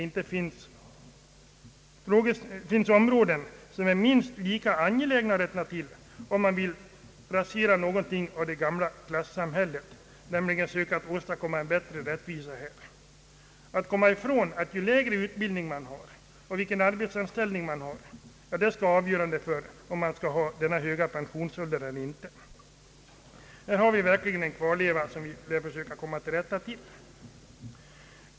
Nog finns det områden där det är minst lika angeläget att rätta till ett och annat, om man vill rasera kvarlevorna av det gamla klassamhället och söka åstadkomma större rättvisa. Vi måste komma ifrån att utbildning och arbetsanställning skall vara avgörande för om man skall ha en hög pensionsålder eller inte. Här finns verkligen en kvarleva som vi har anledning att försöka avskaffa.